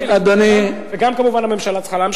וגם, כמובן, הממשלה צריכה להמשיך,